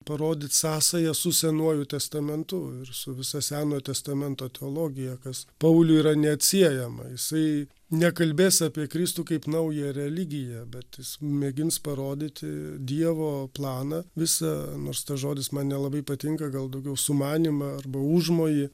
parodyt sąsajas su senuoju testamentu ir su visa senojo testamento teologija kas pauliui yra neatsiejama jisai nekalbės apie kristų kaip naują religiją bet jis mėgins parodyti dievo planą visą nors tas žodis man nelabai patinka gal daugiau sumanymą arba užmojį